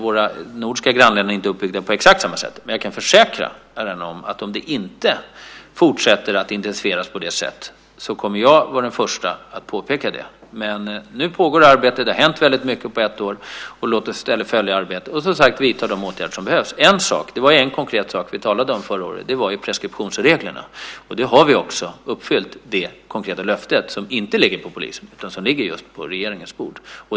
Våra nordiska grannländer är inte uppbyggda på exakt samma sätt, men jag kan försäkra herrarna att om det inte fortsätter att intensifieras på det sättet kommer jag att vara den förste att påpeka det. Nu pågår dock arbetet. Det har hänt väldigt mycket på ett år. Låt oss följa arbetet och som sagt vidta de åtgärder som behövs. En konkret sak vi talade om förra året var preskriptionsreglerna. Där har vi också uppfyllt det konkreta löftet, som inte ligger på polisen utan just på regeringens bord.